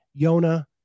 Yona